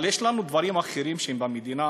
אבל יש לנו דברים אחרים שעולים במדינה,